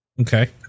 okay